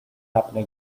happen